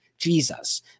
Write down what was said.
Jesus